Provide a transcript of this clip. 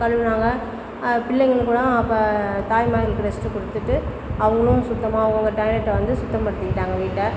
தள்ளுனாங்க பிள்ளைகளுக்கு எல்லாம் அப்போ தாய்மார்களுக்கு ரெஸ்ட்டு கொடுத்துட்டு அவங்கவுங்க சுத்தமாக அவங்கவுங்க டாய்லெட்டை வந்து சுத்தம் படுத்திக்கிட்டாங்க வீட்டை